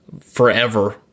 forever